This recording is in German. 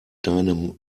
deinem